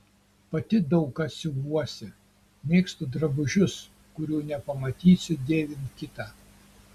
pati daug ką siuvuosi mėgstu drabužius kurių nepamatysiu dėvint kitą